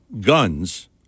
guns